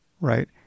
right